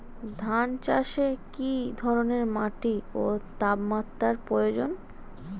ধান চাষে কী ধরনের মাটি ও তাপমাত্রার প্রয়োজন?